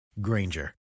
Granger